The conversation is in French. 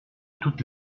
toutes